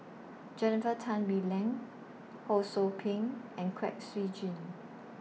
Jennifer Tan Bee Leng Ho SOU Ping and Kwek Siew Jin